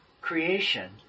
creation